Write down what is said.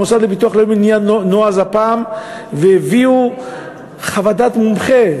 המוסד לביטוח לאומי נהיה נועז הפעם והביא חוות דעת מומחה.